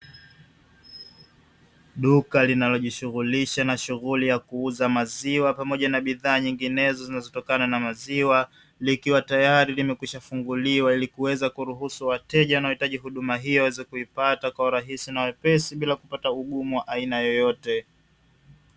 Duka linalojishughulisha na shughuli ya kuuza maziwa pamoja na bidhaa zinginezo zinatokana na maziwa tayari limekwisha funguliwa, ili kuweza kuruhusu wateja wateja wanaohitaji huduma hiyo waweze kuipata kwa urahisi na wepesi bila kupata ugumu wa aina yeyote.